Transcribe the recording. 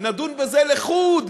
נדון בזה לחוד,